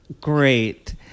Great